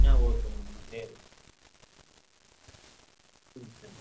ஆ ஓகேங்கண்ணா நேரில் வாங்க ம் சரிண்ணா